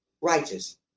righteous